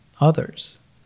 others